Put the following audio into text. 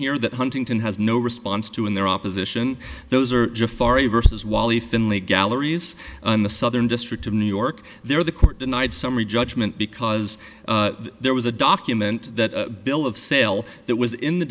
here that huntington has no response to in their opposition those are just far you versus while the finley galleries in the southern district of new york there the court denied summary judgment because there was a document that bill of sale that was in the